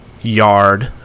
yard